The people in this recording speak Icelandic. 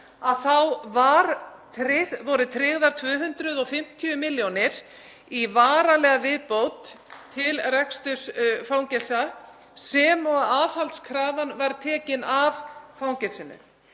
hér þá voru tryggðar 250 milljónir í varanlega viðbót til reksturs fangelsa sem og að aðhaldskrafan var tekin af fangelsum.